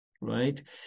right